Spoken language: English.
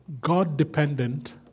God-dependent